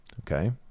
okay